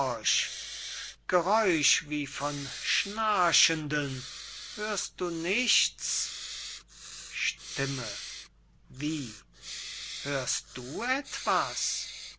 geräusch wie von schnarchenden hörst du nicht was stimme wie hörst du etwas